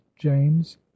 james